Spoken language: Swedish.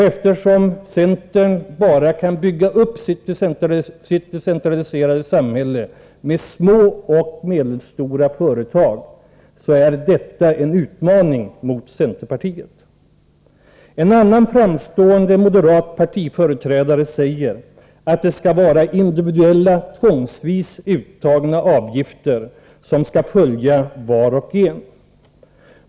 Eftersom centern bara kan bygga upp sitt decentraliserade samhälle med små och medelstora företag är detta en utmaning mot centerpartiet. En annan framstående moderat partiföreträdare säger att det skall vara individuella tvångsvis uttagna avgifter som skall följa var och en.